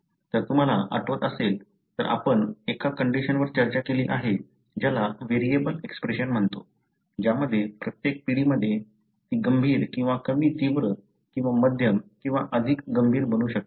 जर तुम्हाला आठवत असेल तर आपण एका कंडिशनवर चर्चा केली आहे ज्याला व्हेरिएबल एक्स्प्रेशन म्हणतो ज्यामध्ये प्रत्येक पिढीमध्ये ती गंभीर किंवा कमी तीव्र किंवा मध्यम किंवा अधिक गंभीर बनू शकते